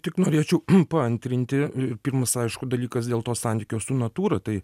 tik norėčiau paantrinti pirmas aišku dalykas dėl to santykio su natūra tai